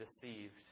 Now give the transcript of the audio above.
deceived